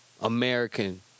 American